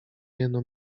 jeno